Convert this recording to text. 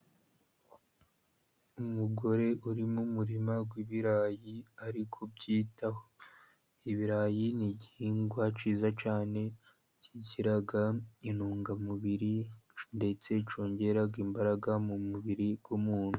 Umugore uri mu murima w'ibirayi arikubyitaho. Ibirayi ni igihingwa cyiza cyane byongera intungamubiri ndetse byongeraga imbaraga mu mubiri w'umuntu.